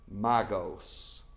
magos